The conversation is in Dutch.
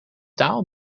taal